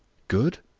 good?